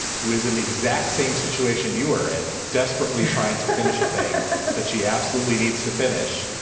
who is in the exact same situation you were in, desperately trying to finish a thing that she absolutely needs to finish,